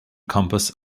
compass